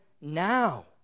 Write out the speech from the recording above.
Now